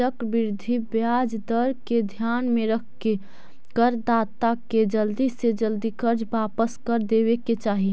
चक्रवृद्धि ब्याज दर के ध्यान में रखके करदाता के जल्दी से जल्दी कर्ज वापस कर देवे के चाही